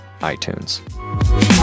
iTunes